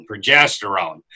progesterone